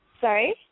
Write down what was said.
Sorry